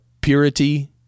purity